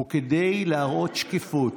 וכדי להראות שקיפות,